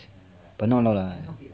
but not a lot lah